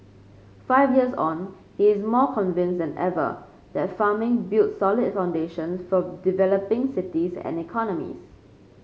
five years on he is more convinced than ever that farming builds solid foundations for developing cities and economies